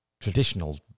traditional